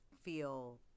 feel